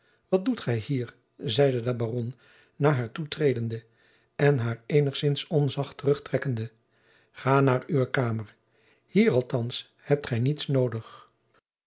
wat doet gij hier zeide de baron naar haar toetredende en haar eenigzins onzacht terugtrekkende ga naar uwe kamer hier althands hebt gij niets noodig